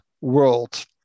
world